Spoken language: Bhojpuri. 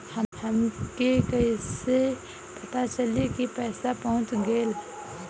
हमके कईसे पता चली कि पैसा पहुच गेल?